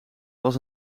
was